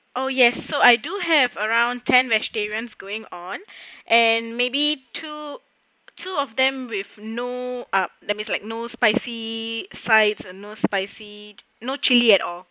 oh yes so I do have around ten vegetarians going on and maybe two two of them with no um that means like no spicy sides ah no spicy no chili at all